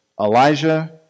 Elijah